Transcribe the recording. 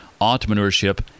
entrepreneurship